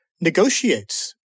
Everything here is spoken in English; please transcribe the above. negotiates